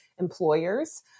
employers